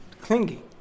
clingy